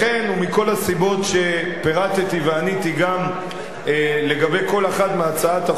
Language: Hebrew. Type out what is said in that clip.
ומכל הסיבות שפירטתי ועניתי גם לגבי כל אחת מהצעות החוק,